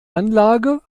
anlage